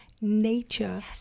nature